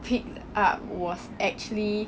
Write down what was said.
picked up was actually